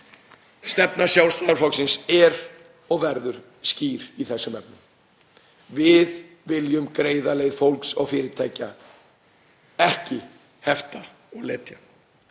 Stefna Sjálfstæðisflokksins er og verður skýr í þessum efnum: Við viljum greiða leið fólks og fyrirtækja, ekki hefta og letja.